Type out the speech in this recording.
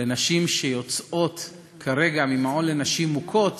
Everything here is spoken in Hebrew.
לנשים שיוצאות כרגע ממעון לנשים מוכות